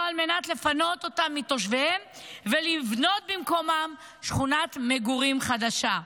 על מנת לפנות אותם מתושביהם ולבנות במקומם שכונת מגורים חדשה.